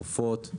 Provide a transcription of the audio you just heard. עופות,